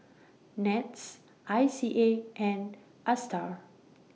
Nets I C A and ASTAR